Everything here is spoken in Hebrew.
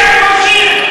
אתם כובשים.